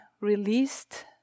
released